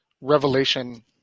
revelation